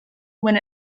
when